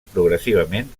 progressivament